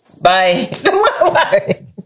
Bye